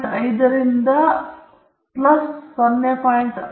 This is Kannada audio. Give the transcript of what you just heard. ಆದ್ದರಿಂದ ವಕ್ರದ ಅಡಿಯಲ್ಲಿರುವ ಪ್ರದೇಶದ 68